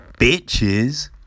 bitches